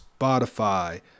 Spotify